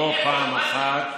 החרדים,